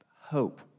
hope